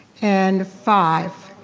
and five,